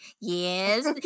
yes